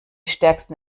stärksten